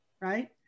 Right